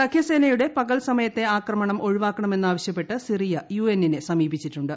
സഖ്യസേനയുടെ പകൽസമയത്തെ ആക്രമണം ഒഴിവാക്കണമെന്ന് ആവശ്യപ്പെട്ട് സിറിയ യു എന്നിനെ സമീപിച്ചിട്ടുണ്ട്